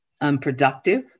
unproductive